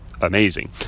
amazing